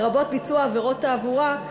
לרבות ביצוע עבירות תעבורה,